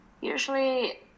usually